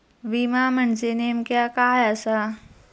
विमा म्हणजे नेमक्या काय आसा?